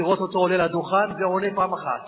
לראות אותו עולה לדוכן ועונה פעם אחת,